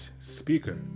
speaker